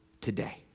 today